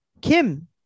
Kim